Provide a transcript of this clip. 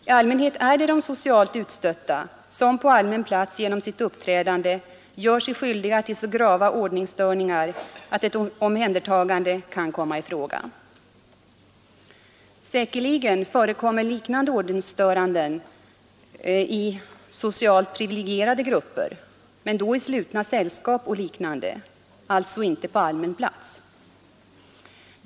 I allmänhet är det socialt utstötta som på allmän plats genom sitt uppträdande gör sig skyldiga till så grav ordningsstörning att ett omhändertagande kan komma i fråga. Säkerligen förekommer liknande ordningsstörande beteenden i socialt privilegierade grupper, men då i slutna sällskap och liknande, alltsi på allmän plats.